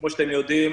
כפי שאתם יודעים,